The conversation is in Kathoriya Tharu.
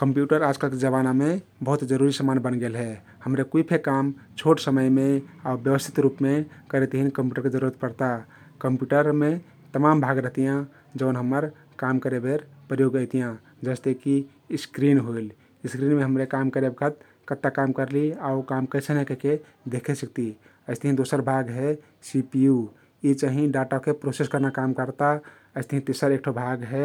कम्प्युटर आजकके जमानामे बहुत जरुरी समान बनगेल हे । हम्रे कुइ फे काम छोट समयमे आउ व्यवस्थित रुपमे करे तहिन कम्प्युटरके जरुरत पर्ता । कम्प्युटरमे तमाम भग रहतियाँ जउन हम्मर काम करेबेर प्रयोग अइतियाँ । जस्ते कि स्क्रिन होइल, स्क्रिनमे हमरे काम करेबखत कत्ता काम करली आउ काम कैसन हइ कहिके देखे सिक्ती । अइस्तहिं दोसर भाग हे सि पि यु । यी चाहिं डाटा ओहके प्रोसेस करना काम कर्ता । अइस्तहिं तिसर एक ठो भाग हे